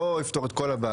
זה לא יפתור את כל הבעיות.